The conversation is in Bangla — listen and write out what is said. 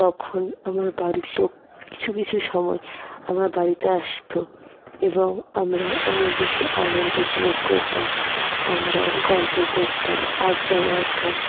তখন আমার বাড়ির লোক কিছু কিছু সময় আমার বাড়িতে আসতো এবং আমরা অনেক বেশি আনন্দ উপভোগ করতাম আমরা গল্প করতাম আড্ডা মারতাম